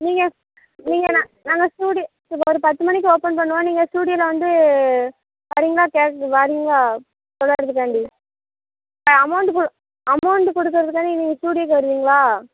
நீங்கள் நீங்கள் நான் நாங்கள் ஸ்டூடியோ சரி ஒரு பத்து மணிக்கு ஓப்பன் பண்ணுவோம் நீங்கள் ஸ்டூடியோவில வந்து வரீங்களா கேட்க வாரீங்களா காண்டி அமௌண்டு கு அமௌண்டு கொடுக்கறதுக்காக நீங்கள் எங்கே ஸ்டூடியோவுக்கு வருவீங்களா